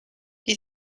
you